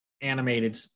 animated